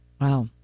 Wow